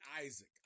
Isaac